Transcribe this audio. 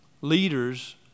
Leaders